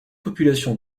populations